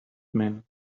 man